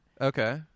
okay